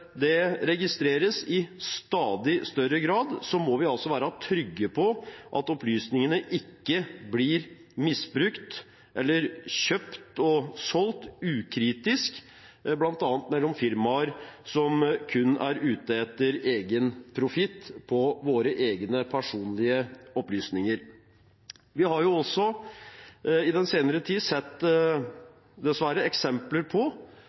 registreres i stadig større grad, må vi være trygge på at opplysningene ikke blir misbrukt eller kjøpt og solgt ukritisk bl.a. mellom firmaer som kun er ute etter egen profitt på våre egne personlige opplysninger. Vi har jo også i den senere tid dessverre sett eksempler på